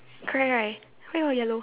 correct right where got yellow